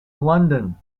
london